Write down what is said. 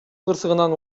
кырсыгынан